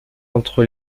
entre